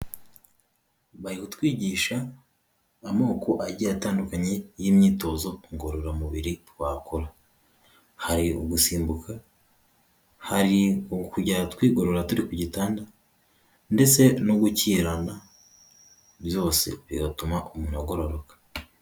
Bari kutwigisha amoko agiye atandukanye, y'imyitozo ngororamubiri twakora. Hari ugusimbuka, hari ukujya twigorora turi ku gitanda, ndetse no gukirana, byose bigatuma umuntu agororoka.